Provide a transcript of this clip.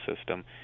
system